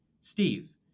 Steve